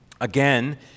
Again